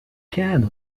piano